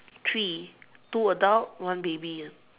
three two adult one baby